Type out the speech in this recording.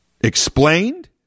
explained